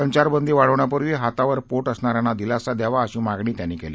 संचारबंदी वाढवण्यापूर्वी हातावर पोट असणाऱ्यांना दिलासा द्यावा अशी मागणी त्यांनी केली